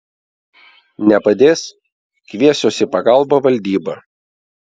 nepadės kviesiuos į pagalbą valdybą